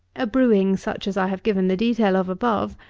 a brewing, such as i have given the detail of above,